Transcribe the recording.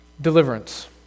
Deliverance